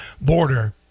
border